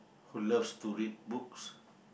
who loves to read books